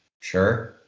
Sure